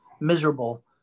miserable